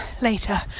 later